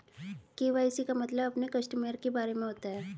KYC का मतलब अपने कस्टमर के बारे में होता है